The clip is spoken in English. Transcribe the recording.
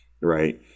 Right